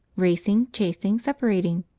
racing, chasing, separating.